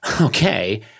okay